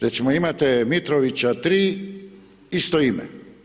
Recimo imate Mitrovića 3, isto ime.